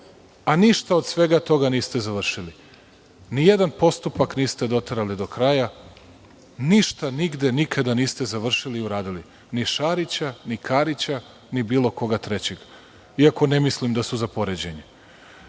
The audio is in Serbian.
a ništa od svega toga niste završili, nijedan postupak niste doterali do kraja, ništa nigde niste završili i uradili, ni Šarića, ni Karića, ni bilo koga trećeg, iako ne mislim da su za poređenje. Što